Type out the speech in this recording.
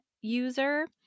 user